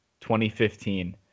2015